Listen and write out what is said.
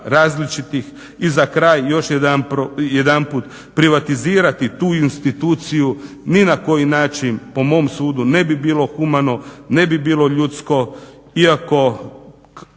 različitih. I za kraj još jedanput, privatizirati tu instituciju ni na koji način po mom sudu ne bi bilo humano, ne bi bilo ljudsko iako